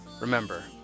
Remember